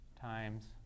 times